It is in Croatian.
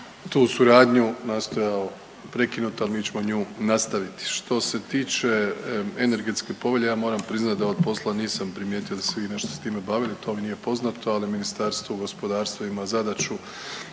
tu suradnju nastojao prekinuti. Ali mi ćemo nju nastaviti. Što se tiče Energetske povelje ja moram priznati da od posla nisam primijetio da ste se vi nešto s time bavili. To mi nije poznato, ali Ministarstvo gospodarstva ima zadaću